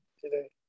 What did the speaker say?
today